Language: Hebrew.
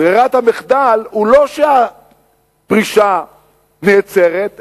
ברירת המחדל היא לא שהפרישה נעצרת,